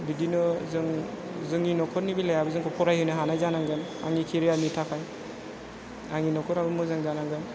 बिदिनो जों जोंनि न'खरनि बेलायावबो जोंखौ फरायहोनो हानाय जानांगोन आंनि केरियारनि थाखाय आंनि न'खराबो मोजां जानांगोन